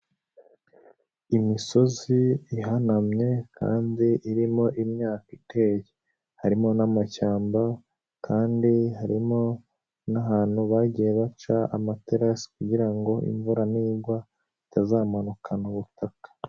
Imisozi ihanamye kandi irimo imyaka iteye. Harimo n'amashyamba kandi harimo n'ahantu bagiye baca amaterasi kugira ngo imvura nigwa itazamanukana ubutaka.